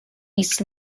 east